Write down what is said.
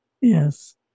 Yes